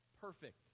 perfect